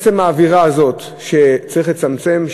עצם האווירה הזאת שצריך לצמצם,